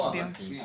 היית